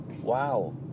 Wow